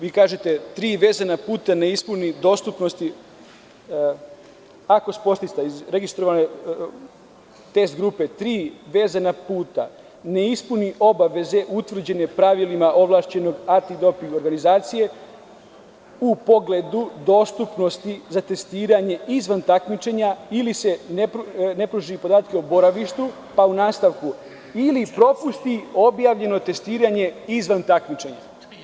Vi kažete – ako sportista iz registrovane test grupe tri vezana puta ne ispuni obaveze utvrđene pravilima ovlašćene antidoping organizacije u pogledu dostupnosti za testiranje izvan takmičenja ili ne pruži podatke o boravištu, pa u nastavku – ili propusti objavljeno testiranje izvan takmičenja.